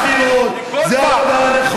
ב-59, גולדפרב.